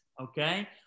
Okay